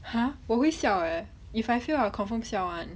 !huh! 我会笑 eh if I fail I will confirm 笑 [one]